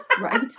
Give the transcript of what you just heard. Right